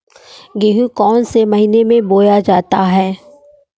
गेहूँ कौन से महीने में बोया जाता है?